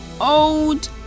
old